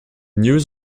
news